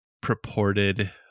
purported